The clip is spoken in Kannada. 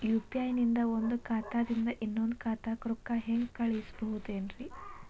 ಯು.ಪಿ.ಐ ನಿಂದ ಒಂದ್ ಖಾತಾದಿಂದ ಇನ್ನೊಂದು ಖಾತಾಕ್ಕ ರೊಕ್ಕ ಹೆಂಗ್ ಕಳಸ್ಬೋದೇನ್ರಿ?